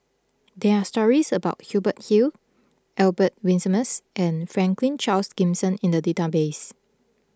there are stories about Hubert Hill Albert Winsemius and Franklin Charles Gimson in the database